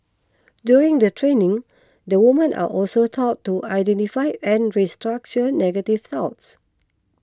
during the training the women are also taught to identify and restructure negative thoughts